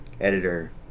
Editor